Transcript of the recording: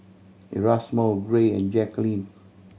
Erasmo Gray and Jacquline